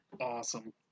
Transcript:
Awesome